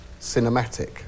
cinematic